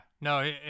no